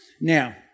Now